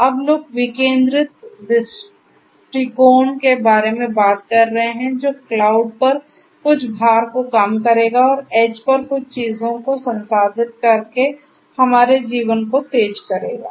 अब लोग विकेंद्रीकृत दृष्टिकोण के बारे में बात कर रहे हैं जो क्लाउड पर कुछ भार को कम करेगा और ऐड्ज पर कुछ चीजों को संसाधित करके हमारे जीवन को तेज करेगा